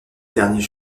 derniers